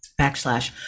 backslash